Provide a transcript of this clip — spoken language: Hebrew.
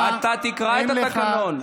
תקרא את התקנון.